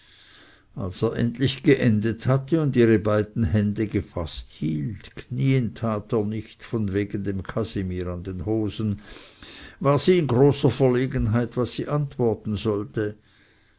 als er endlich geendet hatte und ihre beiden hände gefaßt hielt knien tat er nicht von wegen dem kasimir an den hosen war sie in großer verlegenheit was sie antworten sollte